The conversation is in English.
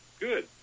Good